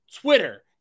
Twitter